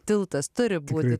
tiltas turi būrį